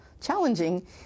challenging